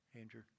Andrew